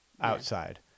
outside